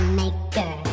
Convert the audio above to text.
maker